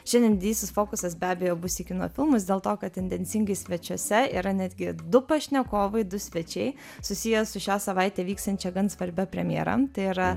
šiandien didysis fokusas be abejo bus į kino filmus dėl to kad tendencingai svečiuose yra netgi du pašnekovai du svečiai susiję su šią savaitę vyksiančia gan svarbia premjera tai yra